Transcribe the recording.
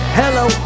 hello